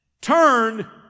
turn